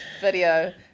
video